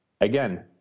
Again